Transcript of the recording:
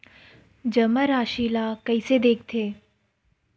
जमा राशि ला कइसे देखथे?